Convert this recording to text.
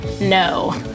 No